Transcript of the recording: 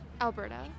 Alberta